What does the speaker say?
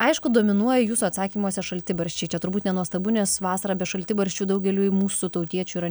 aišku dominuoja jūsų atsakymuose šaltibarščiai čia turbūt nenuostabu nes vasarą be šaltibarščių daugeliui mūsų tautiečių yra